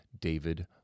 David